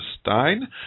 Stein